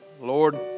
Lord